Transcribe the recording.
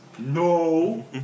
No